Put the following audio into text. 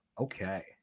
Okay